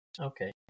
okay